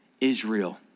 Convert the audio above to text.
Israel